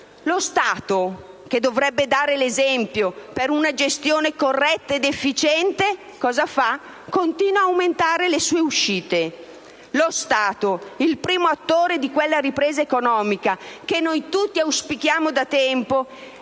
lo Stato, che dovrebbe dare l'esempio per una gestione corretta ed efficiente, cosa fa? Continua ad aumentare le sue uscite. Lo Stato, il primo attore di quella ripresa economica che noi tutti auspichiamo da tempo,